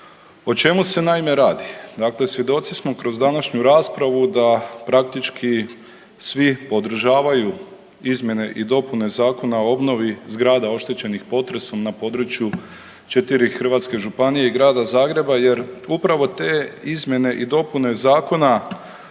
O čemu se, naime, radi? Dakle, svjedoci smo kroz današnju raspravu da praktički svi podržavaju izmjene i dopune Zakona o obnovi zgrada oštećenih potresom na području 4 hrvatske županije i Grada Zagreba jer upravo te izmjene i dopune Zakona